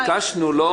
בבקשה.